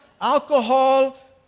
alcohol